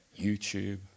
YouTube